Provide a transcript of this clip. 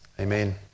Amen